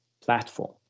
platform